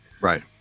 Right